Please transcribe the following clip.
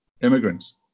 immigrants